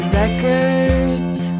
records